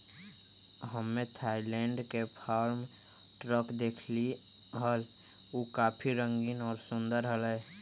हम्मे थायलैंड के farm truck देखली हल, ऊ काफी रंगीन और सुंदर हलय